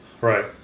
Right